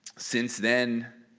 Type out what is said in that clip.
since then